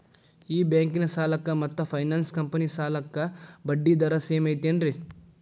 ಈ ಬ್ಯಾಂಕಿನ ಸಾಲಕ್ಕ ಮತ್ತ ಫೈನಾನ್ಸ್ ಕಂಪನಿ ಸಾಲಕ್ಕ ಬಡ್ಡಿ ದರ ಸೇಮ್ ಐತೇನ್ರೇ?